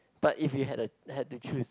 but if you had a had to choose